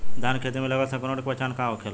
धान के खेत मे लगल संक्रमण के पहचान का होखेला?